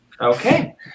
Okay